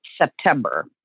September